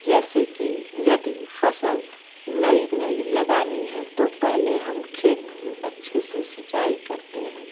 जैसे कि यदि फ़सल नई नई लगानी है तो पहले हम खेत की अच्छे से सिंचाई करते हैं